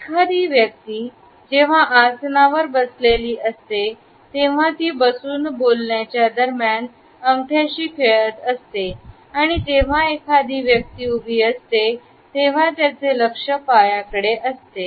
एखादी व्यक्ती जेव्हा आसनावर बसलेली असते तेव्हा ती बसून बोलण्याच्या दरम्यान अंगठ्या शी खेळत असते आणि जेव्हा एखादी व्यक्ती उभी असते तेव्हा त्याचे लक्ष पायाकडे असते